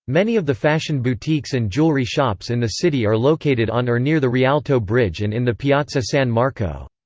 many of the fashion boutiques and jewelry shops in the city are located on or near the rialto bridge and in the piazza san marco.